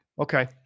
Okay